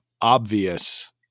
obvious